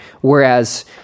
whereas